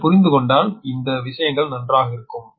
நீங்கள் புரிந்து கொண்டால் இந்த விஷயங்கள் நன்றாக இருக்கும்